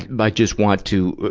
but just want to,